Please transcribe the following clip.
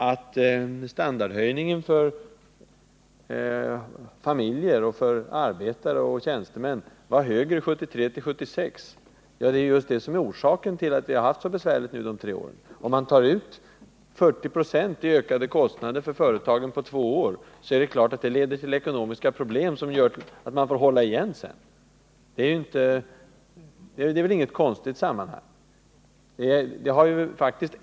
Att standardhöjningen för familjer och för arbetare och tjänstemän var så stor 1973-1976 är ju orsaken till att vi har haft det så besvärligt under de tre senaste åren. Om man tar ut 40 96 i ökade kostnader för företagen på två år är det klart att det leder till ekonomiska problem som gör att man får hålla igen sedan. Det är ett enkelt sammanhang.